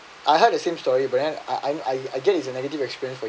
I heard the same story but then I I I get it's a negative experience